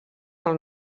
del